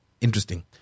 Interesting